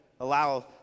allow